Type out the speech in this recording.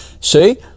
See